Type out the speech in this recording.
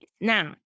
Now